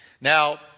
Now